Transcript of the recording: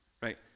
right